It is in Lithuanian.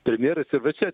premjeras ir va čia